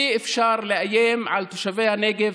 אי-אפשר לאיים על תושבי הנגב,